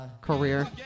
career